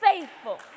faithful